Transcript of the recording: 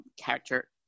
character